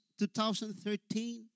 2013